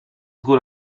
góry